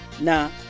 now